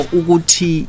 uguti